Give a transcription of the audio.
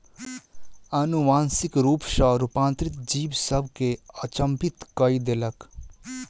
अनुवांशिक रूप सॅ रूपांतरित जीव सभ के अचंभित कय देलक